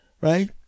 Right